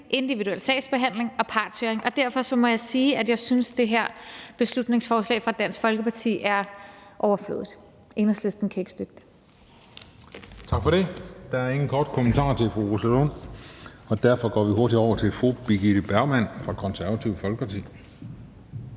individuel sagsbehandling og partshøring. Derfor må jeg sige, at jeg synes, at det her beslutningsforslag fra Dansk Folkeparti er overflødigt. Enhedslisten kan ikke støtte det.